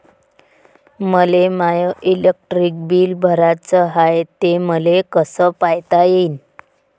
मले माय electric bill भराचं हाय, ते मले कस पायता येईन?